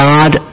God